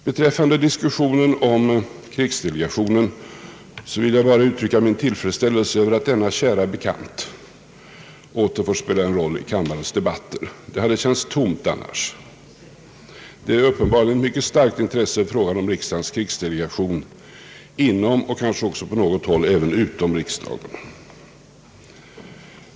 Beträffande diskussionen om krigsdelegationen vill jag bara uttrycka min tillfredsställelse över att denna kära bekanting åter får spela en roll i kammarens debatter. Det hade känts tomt annars. Det finns uppenbarligen ett mycket starkt intresse för frågan om riksdagens krigsdelegation inom och kanske också på något håll utom riksdagen.